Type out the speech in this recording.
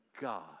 God